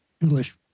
English